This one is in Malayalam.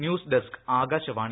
ന്യൂസ്ഡെസ്ക് ആകാശവാണി